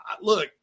look